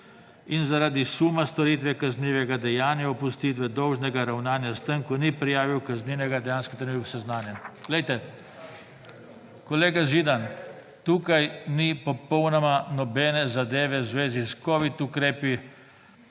in zaradi suma storitve kaznivega dejanja opustitve dolžnega ravnanja, s tem ko ni prijavil kaznivega dejanja, s katerim je bil seznanjen. Poglejte, kolega Židan, tukaj ni popolnoma nobene zadeve v zvezi s covid ukrepi,